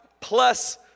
plus